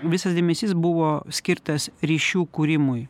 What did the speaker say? visas dėmesys buvo skirtas ryšių kūrimui